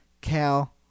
cal